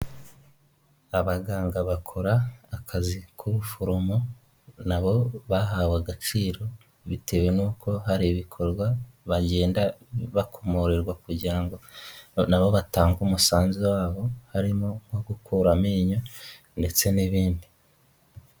Abaganga bakora akazi k'ubuforomo na bo bahawe agaciro bitewe n'uko hari ibikorwa bagenda bakomorerwa kugira ngo na bo batange umusanzu wabo harimo nko gukura amenyo ndetse n'ibindi.